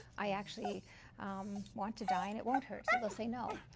i actually want to die and it won't hurt. so they'll say no.